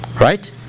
right